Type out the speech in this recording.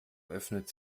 öffnet